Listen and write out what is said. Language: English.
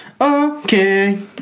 Okay